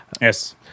Yes